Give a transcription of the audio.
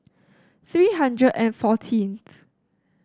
three hundred and fourteenth